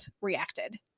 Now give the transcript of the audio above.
reacted